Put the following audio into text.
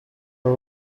are